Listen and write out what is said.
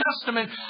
Testament